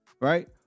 right